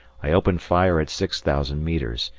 i opened fire at six thousand metres,